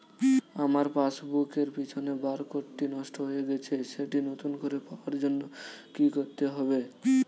আমার পাসবুক এর পিছনে বারকোডটি নষ্ট হয়ে গেছে সেটি নতুন করে পাওয়ার জন্য কি করতে হবে?